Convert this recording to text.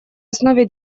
основе